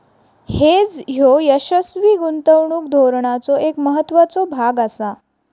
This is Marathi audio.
हेज ह्यो यशस्वी गुंतवणूक धोरणाचो एक महत्त्वाचो भाग आसा